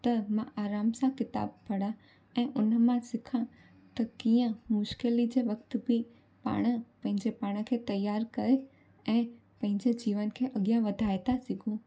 त मां आराम सां किताबु पढ़िया ऐं उन मां सिखिया त कीअं मुश्किली जे वक़्त बि पाण पंहिंजे पाण खे तयारु करे ऐं पंहिंजे जीवन खे अॻियां वधाए था सघूं